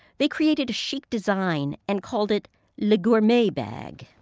they created a chic design, and called it le gourmet bag.